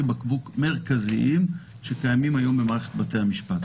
בקבוק מרכזיים שקיימים היום במערכת בתי המשפט.